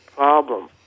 problem